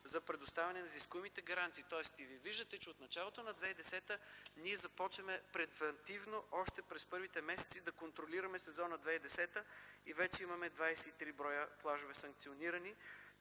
за предоставяне на изискуемите гаранции. Вие виждате, че от началото на 2010 г. ние започваме превантивно още през първите месеци да контролираме Сезон 2010. Вече имаме 23 плажа, които са санкционирани.